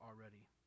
already